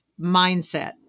mindset